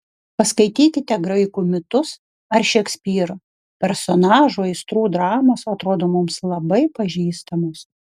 paskaitykite graikų mitus ar šekspyrą personažų aistrų dramos atrodo mums labai pažįstamos